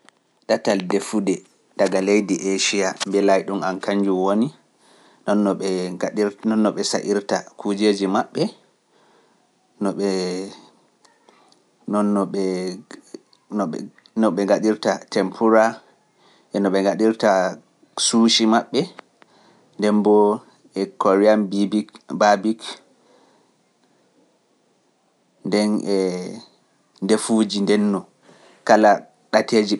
Ɗatal defude daga leydi Eciya mbelelaay ɗum an kañnjo woni, noon no ɓe sa'irta kujeeji maɓɓe, noon no ɓe gaɗirta tempura, no ɓe gaɗirta suushi maɓɓe, nden mboo e korea mbibik mbabik, nden e defuuji ndenno kala ɗateeji ɓe.